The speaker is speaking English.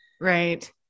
Right